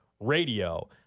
Radio